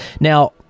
now